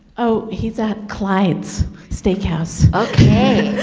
oh, he's at clyde's steakhouse. ok,